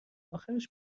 آخرش